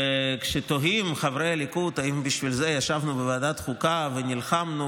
כשתוהים חברי הליכוד אם בשביל זה ישבנו בוועדת חוקה ונלחמנו,